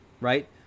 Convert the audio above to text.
right